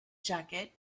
jacket